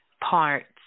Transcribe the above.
parts